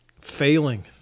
Failing